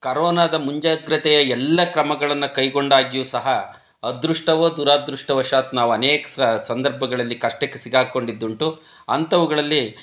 ಕರೋನದ ಮುಂಜಾಗ್ರತೆಯ ಎಲ್ಲ ಕ್ರಮಗಳನ್ನು ಕೈಗೊಂಡಾಗಿಯೂ ಸಹ ಅದೃಷ್ಟವೋ ದುರದೃಷ್ಟವಶಾತ್ ನಾವು ಅನೇಕ ಸಂದರ್ಭಗಳಲ್ಲಿ ಕಷ್ಟಕ್ಕೆ ಸಿಕ್ಕಾಕ್ಕೊಂಡಿದ್ದುಂಟು ಅಂಥವುಗಳಲ್ಲಿ